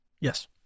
Yes